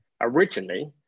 originally